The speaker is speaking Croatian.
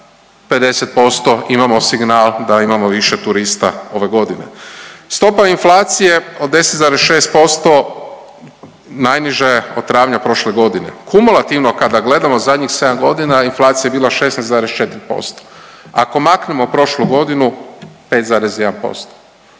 50% imamo signal da imamo više turista ove godine. Stopa inflacije od 10,6% najniža je od travnja prošle godine, kumulativno kada gledamo zadnjih sedam godina inflacija je bila 16,4%, ako maknemo prošlu godinu 5,1%.